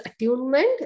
attunement